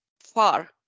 far